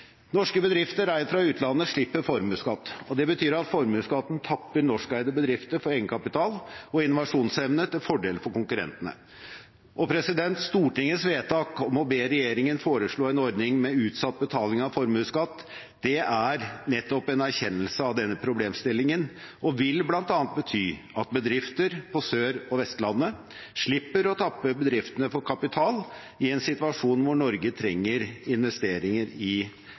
Norske bedrifter eid fra utlandet slipper formuesskatt, og det betyr at formuesskatten tapper norskeide bedrifter for egenkapital og innovasjonsevne til fordel for konkurrentene. Stortingets vedtak om å be regjeringen foreslå en ordning med utsatt betaling av formuesskatt er nettopp en erkjennelse av denne problemstillingen og vil bl.a. bety at bedrifter på Sør- og Vestlandet slipper å tappe seg for kapital i en situasjon hvor Norge trenger investeringer i